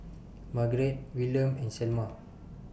Margarett Willam and Selma